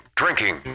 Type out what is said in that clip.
drinking